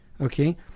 okay